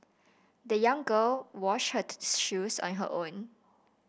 the young girl washed her shoes on her own